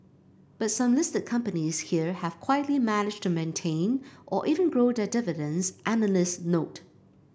but some listed companies here have quietly managed to maintain or even grow their dividends analysts note